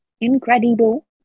incredible